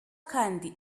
kandi